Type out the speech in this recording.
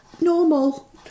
normal